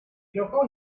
giocò